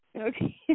Okay